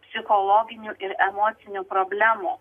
psichologinių ir emocinių problemų